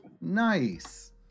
Nice